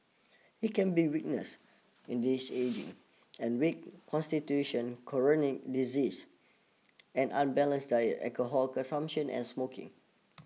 it can be weakness in this ageing and weak constitution chronic diseases an unbalanced diet alcohol consumption and smoking